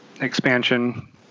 expansion